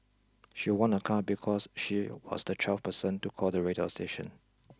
she won a car because she was the twelfth person to call the radio station